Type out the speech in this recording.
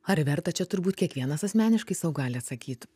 ar verta čia turbūt kiekvienas asmeniškai sau gali atsakyt